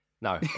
No